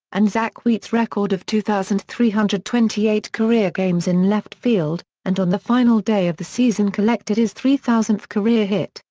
and zack wheat's record of two thousand three hundred and twenty eight career games in left field, and on the final day of the season collected his three thousandth career hit,